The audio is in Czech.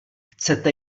chcete